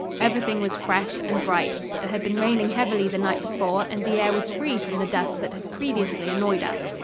everything was fresh and bright. it had been raining heavily the night before and the air was free from the dust that had previously annoyed us.